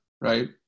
right